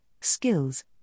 skills